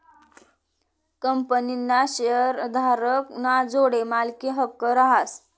कंपनीना शेअरधारक ना जोडे मालकी हक्क रहास